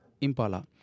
Impala